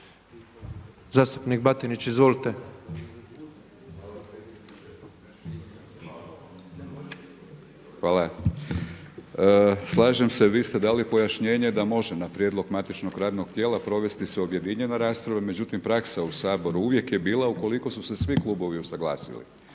Zastupnik Batinić izvolite. **Batinić, Milorad (HNS)** Slažem se, vi ste dali pojašnjenje da može na prijedlog matičnog tijela provesti se objedinjena rasprava. Međutim, praksa u Saboru uvijek je bila ukoliko su se svi klubovi usuglasili.